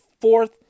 fourth